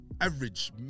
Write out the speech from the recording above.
average